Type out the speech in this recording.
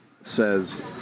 says